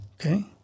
okay